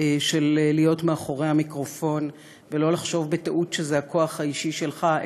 של להיות מאחורי המיקרופון ולא לחשוב בטעות שזה הכוח האישי שלך,